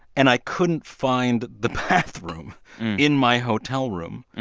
and i couldn't find the bathroom in my hotel room.